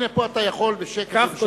כך כותבת, הנה, פה אתה יכול בשקט ובשלווה